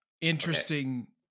interesting